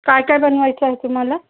काय काय बनवायचं आहे तुम्हाला